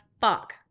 fuck